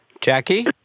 Jackie